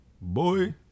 Boy